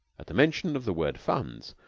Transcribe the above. at the mention of the word funds,